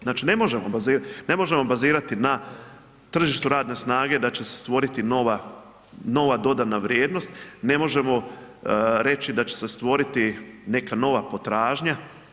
Znači ne možemo bazirati na tržištu radne snage da će se stvoriti nova dodana vrijednost, ne možemo reći da će se stvoriti neka nova potražnja.